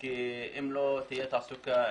כי אם לא תהיה תעסוקה,